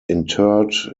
interred